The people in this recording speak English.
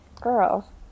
girl